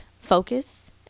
focus